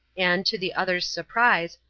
and, to the other's surprise,